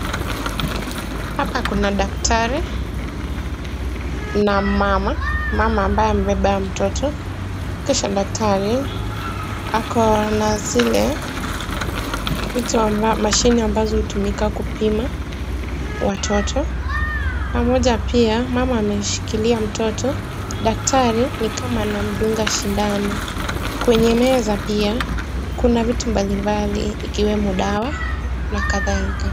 Hapa kuna daktari na mama, mama ambaye amebeba mtoto, kisha daktari ako na zile vitu, mashine ambazo hutumika kupima watoto, pamoja pia mama ameshikilia mtoto. Daktari ni kama anamdunga sindano, kwenye meza pia kuna vitu mbalimbali ikiwemo dawa na kadhalika.